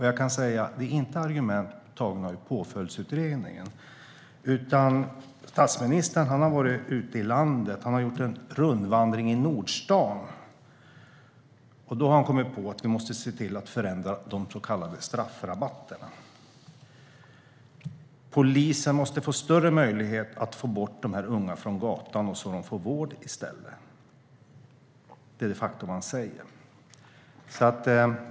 Jag kan säga att det inte är argument tagna ur Påföljdsutredningen, utan statsministern har varit ute i landet. Han har gjort en rundvandring i Nordstan. Då har han kommit på att vi måste se till att förändra de så kallade straffrabatterna. Polisen måste få större möjlighet att få bort de här unga från gatan, så att de får vård i stället. Det är vad han de facto säger.